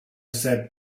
said